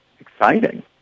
Exciting